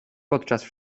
podczas